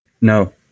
No